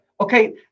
Okay